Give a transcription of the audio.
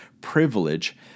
privilege